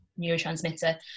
neurotransmitter